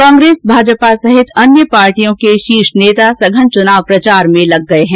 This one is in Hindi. कांग्रेस भाजपा सहित अन्य पार्टियों के शीर्ष नेता सघन चुनाव प्रचार में लग गये है